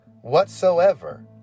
whatsoever